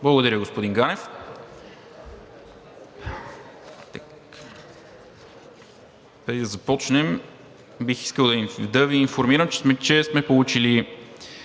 Благодаря, господин Ганев.